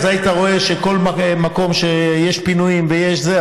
אז היית רואה שכל מקום מראה שכשיש פינויים וכשיש זה,